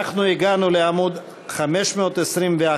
הגענו לעמוד 521,